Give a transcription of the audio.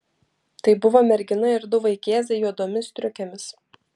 tai buvo mergina ir du vaikėzai juodomis striukėmis